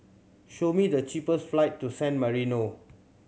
show me the cheapest flight to San Marino